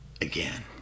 Again